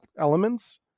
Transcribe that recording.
elements